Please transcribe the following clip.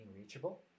reachable